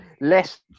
less